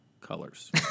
colors